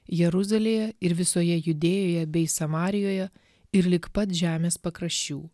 jeruzalėje ir visoje judėjoje bei samarijoje ir lig pat žemės pakraščių